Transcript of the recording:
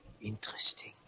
Interesting